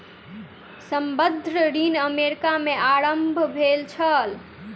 संबंद्ध ऋण अमेरिका में आरम्भ भेल छल